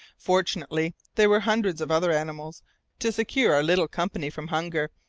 fortunately there were hundreds of other animals to secure our little company from hunger,